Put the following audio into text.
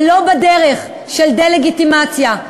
אבל לא בדרך של דה-לגיטימציה,